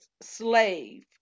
slave